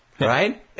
Right